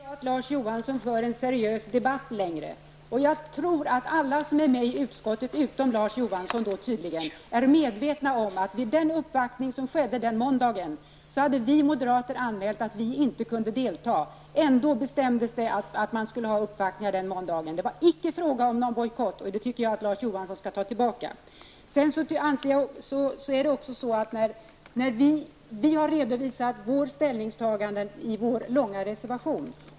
Herr talman! Nu för inte Larz Johansson en seriös debatt längre. Jag tror att alla ledamöter i utskottet, utom Larz Johansson, är medvetna om att vi moderater inför uppvaktningen den måndagen hade anmält att vi inte kunde delta. Ändå beslutades det att man skulle ta emot uppvaktningar den dagen. Det var icke fråga om någon bojkott, det tycker jag att Larz Johansson skall ta tillbaka. Vi har redovisat våra ställningstaganden i vår långa reservation.